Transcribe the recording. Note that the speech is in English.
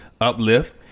uplift